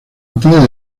batalla